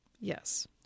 Yes